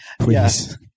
Please